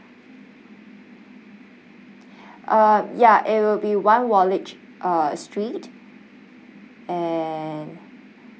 um ya it will be one wallich uh street and